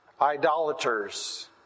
idolaters